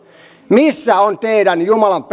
missä on teidän jumalanpelkonne missä on teidän